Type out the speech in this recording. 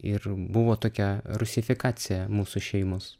ir buvo tokia rusifikacija mūsų šeimos